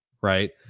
Right